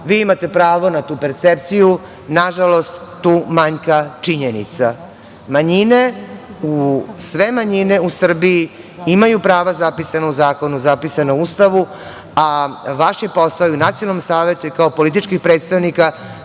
vi imate pravo na tu percepciju. Nažalost, tu manjka činjenica. Manjine, sve manjine u Srbiji imaju prava zapisana u zakonu, zapisana u Ustavu, a vaš je posao i u nacionalnom savetu i kao političkih predstavnika